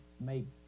make